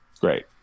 great